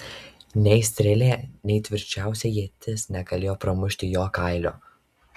nei strėlė nei tvirčiausia ietis negalėjo pramušti jo kailio